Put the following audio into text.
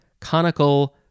Conical